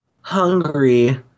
hungry